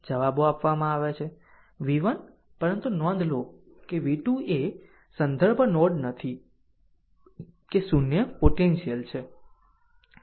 જવાબો આપવામાં આવે છે v1 પરંતુ નોંધ લો કે v2 એ સંદર્ભ નોડ નથી કે 0 પોટેન્શિયલ છે